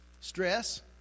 stress